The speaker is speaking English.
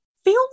feel